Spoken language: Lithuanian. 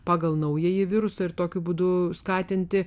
pagal naująjį virusą ir tokiu būdu skatinti